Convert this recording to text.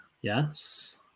yes